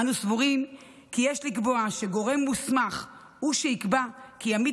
אנו סבורים כי יש לקבוע שגורם מוסמך הוא שיקבע כי עמית